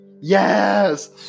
yes